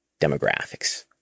demographics